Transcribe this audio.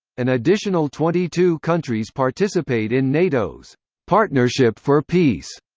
an additional twenty two countries participate in nato's partnership for peace,